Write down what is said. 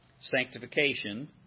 Sanctification